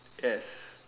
yes